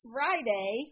Friday